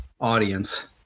audience